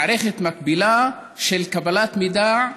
מערכת מקבילה של קבלת מידע.